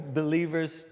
believers